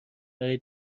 برای